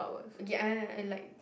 okay I I I like